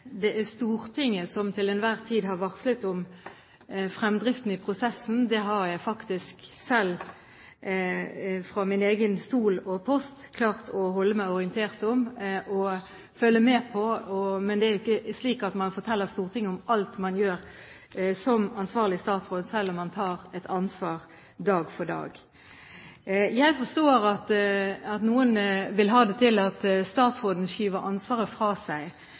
det er Stortinget som til enhver tid har varslet om fremdriften i prosessen. Det har jeg faktisk selv fra min egen stol og post klart å holde meg orientert om og følge med på. Men det er jo ikke slik at man forteller Stortinget om alt man gjør som ansvarlig statsråd, selv om man tar et ansvar dag for dag. Jeg forstår at noen vil ha det til at statsråden skyver ansvaret fra seg.